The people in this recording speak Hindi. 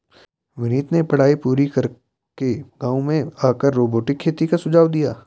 विनीत ने पढ़ाई पूरी करके गांव में आकर रोबोटिक खेती का सुझाव दिया